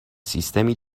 سیستمی